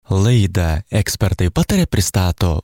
laidą ekspertai pataria pristato